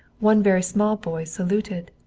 one very small boy saluted,